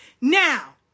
Now